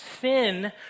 Sin